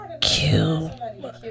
kill